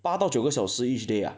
八到九个小时 each day ah